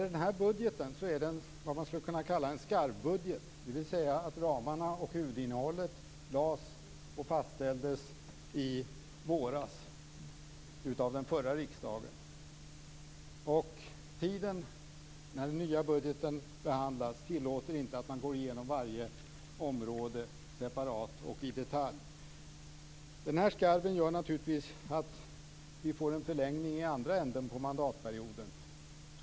Denna budget är vad man skulle kunna kalla för en skarvbudget, dvs. ramarna och huvudinnehållet fastställdes i våras av den förra riksdagen. Vid behandlingen av den nya budgeten är det inte tillåtet att man att går igenom varje område separat och i detalj. Den här skarven gör naturligtvis att vi får en förlängning i andra änden av mandatperioden.